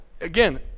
again